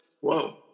whoa